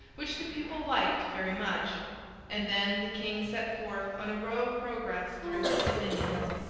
which the people liked very much and then the king set forth on a royal progress through his dominions.